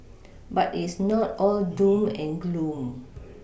but it's not all doom and gloom